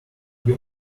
you